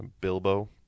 Bilbo